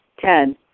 Ten